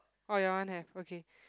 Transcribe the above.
oh your one have okay